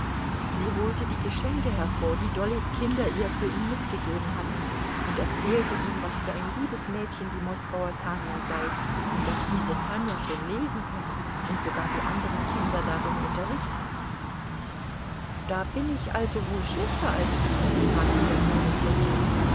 sie holte die geschenke hervor die dollys kinder ihr für ihn mitgegeben hatten und er zählte ihm was für ein liebes mädchen die moskauer tanja sei und daß diese tanja schon lesen könne und sogar die anderen kinder darin unterrichte da bin ich also wohl schlechter als sie fragte der kleine